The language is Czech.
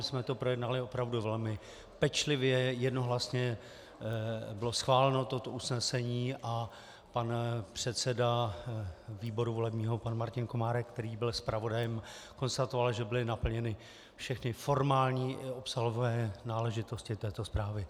My jsme to projednali opravdu velmi pečlivě, jednohlasně bylo schváleno toto usnesení a pan předseda volebního výboru Martin Komárek, který byl zpravodajem, konstatoval, že byly naplněny všechny formální i obsahové náležitosti této zprávy.